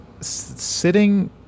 sitting